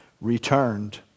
returned